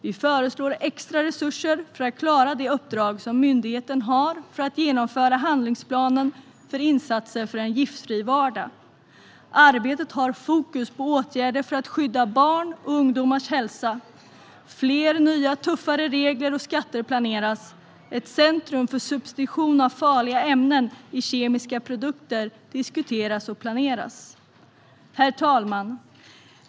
Vi föreslår extra resurser för att klara det uppdrag som myndigheten har för att genomföra handlingsplanen för insatser för en giftfri vardag. Arbetet har fokus på åtgärder för att skydda barns och ungdomars hälsa. Fler, nya och tuffare regler och skatter planeras. Ett centrum för substitution av farliga ämnen i kemiska produkter diskuteras och planeras. Herr talman!